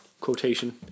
quotation